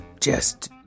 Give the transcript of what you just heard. just-